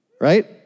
right